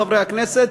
חברי הכנסת,